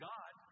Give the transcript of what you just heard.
God